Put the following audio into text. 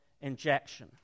injection